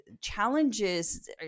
challenges